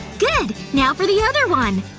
good! now for the other one